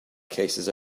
cases